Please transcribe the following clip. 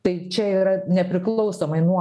tai čia yra nepriklausomai nuo